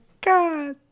god